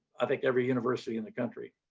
i think every university in the country.